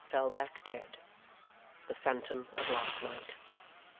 fell back dead the phantom of last night.